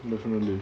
definitely